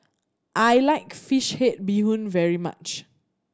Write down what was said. I like fish head bee hoon very much